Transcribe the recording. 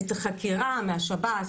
את החקירה מהשב"ס,